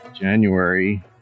January